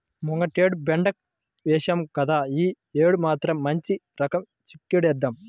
ముంగటేడు బెండ ఏశాం గదా, యీ యేడు మాత్రం మంచి రకం చిక్కుడేద్దాం